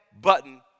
button